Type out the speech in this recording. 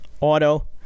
Auto